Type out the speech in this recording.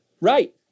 Right